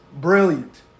Brilliant